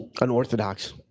Unorthodox